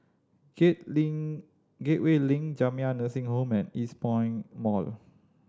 Gateway Link Jamiyah Nursing Home and Eastpoint Mall